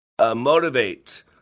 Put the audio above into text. motivate